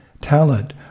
talent